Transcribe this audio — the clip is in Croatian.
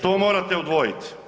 To morate odvojiti.